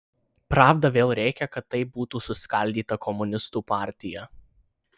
pravda vėl rėkia kad taip būtų suskaldyta komunistų partija